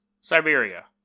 Siberia